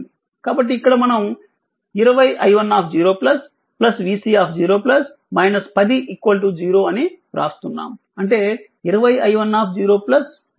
కాబట్టి ఇక్కడ మనం 20 i10 vC0 10 0 అని వ్రాస్తున్నాము అంటే 20 i10 vC0 10